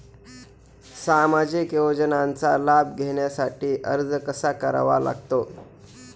सामाजिक योजनांचा लाभ घेण्यासाठी अर्ज कसा करावा लागतो?